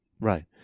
Right